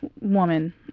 woman